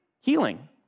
Healing